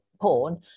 porn